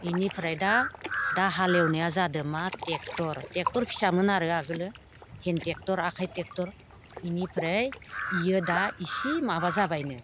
बेनिफ्राय दा हालेवनाया जादों मा ट्रेक्ट'र ट्रेक्ट'र फिसामोन आरो आगोलो हेन्द ट्रेक्ट'र आखाइ ट्रेक्टर बेनिफ्राय बेयो दा इसे माबा जाबायनो